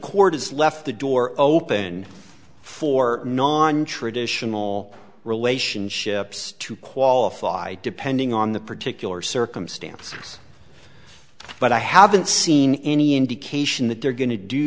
has left the door open for nontraditional relationships to qualify depending on the particular circumstances but i haven't seen any indication that they're go